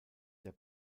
der